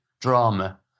drama